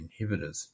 inhibitors